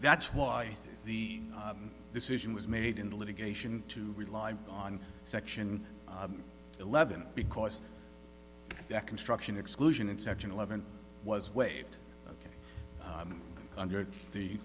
that's why the decision was made in the litigation to rely on section eleven because that construction exclusion in section eleven was waived under the